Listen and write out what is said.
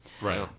Right